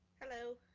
hello.